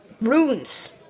Runes